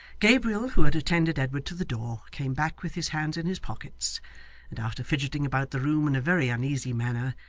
gabriel, who had attended edward to the door, came back with his hands in his pockets and, after fidgeting about the room in a very uneasy manner,